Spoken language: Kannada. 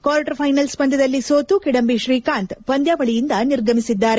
ಕ್ನಾರ್ಟರ್ ಫೈನಲ್ಪ್ ಪಂದ್ಲದಲ್ಲಿ ಸೋತು ಕಿಡಂಬಿ ಶ್ರೀಕಾಂತ್ ಪಂದ್ಲಾವಳಿಯಿಂದ ನಿರ್ಗಮಿಸಿದ್ದಾರೆ